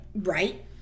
Right